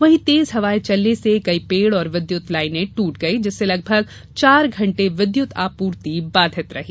वहीं तेज हवाएं चलने से कई पेड़ और विद्युत लाइने दूट गयीं जिससे लगभग चार घंटे विद्युत आपूर्ति बाधित रही